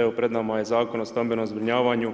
Evo pred nama je Zakon o stambenom zbrinjavanju